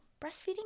breastfeeding